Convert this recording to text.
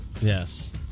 Yes